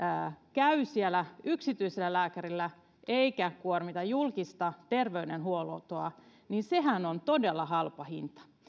käy siellä yksityisellä lääkärillä eikä kuormita julkista terveydenhuoltoa niin sehän on todella halpa hinta